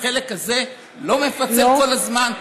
והחלק הזה לא מפצל כל הזמן?